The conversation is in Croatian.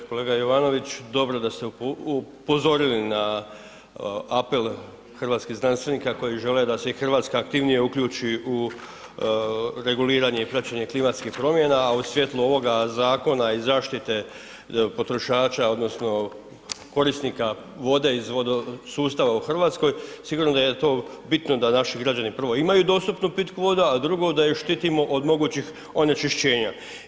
Kolega Jovanović dobro da ste upozorili na apel hrvatskih znanstvenika koji žele da se i Hrvatska aktivnije uključi u reguliranje i praćenje klimatskih promjena, a u svjetlu ovoga zakona i zaštite potrošača odnosno korisnika vode iz sustava u Hrvatskoj sigurno da je to bitno da naši građani prvo imaju dostupnu pitku vodu, a drugo da ju štitimo od mogućih onečišćenja.